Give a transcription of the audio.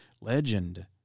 Legend